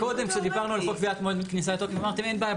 מקודם שדיברנו על חוק מועד כניסה לתוקף אמרתם אין בעיה,